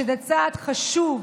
שזה צעד חשוב,